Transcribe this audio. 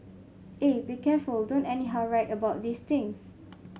eh be careful don't anyhow write about these things